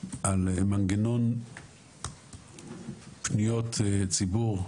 מנגנון פניות ציבור.